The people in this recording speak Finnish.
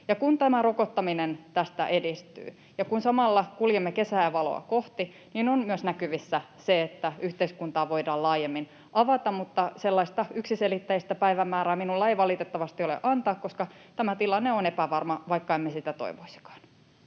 Kun tämä rokottaminen tästä edistyy ja kun samalla kuljemme kesää ja valoa kohti, on myös näkyvissä se, että yhteiskuntaa voidaan laajemmin avata, mutta sellaista yksiselitteistä päivämäärää minulla ei valitettavasti ole antaa, koska tämä tilanne on epävarma, vaikka emme sitä toivoisikaan.